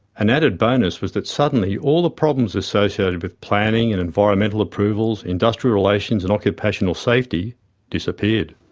an added bonus was that suddenly all the problems associated with planning and environmental approvals, industrial relations and occupational safety disappeared.